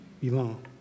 belong